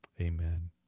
amen